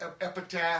Epitaph